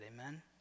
Amen